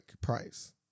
price